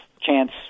chance